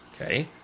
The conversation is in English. okay